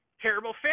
terrible